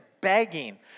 begging